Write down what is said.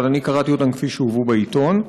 אבל אני קראתי אותם כפי שהובאו בעיתון,